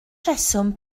rheswm